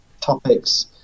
topics